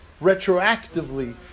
retroactively